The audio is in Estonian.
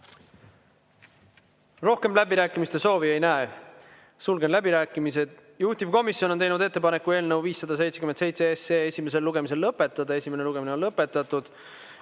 Rohkem läbirääkimiste soovi ei näe. Sulgen läbirääkimised. Juhtivkomisjon on teinud ettepaneku eelnõu 577 esimene lugemine lõpetada. Esimene lugemine on lõpetatud.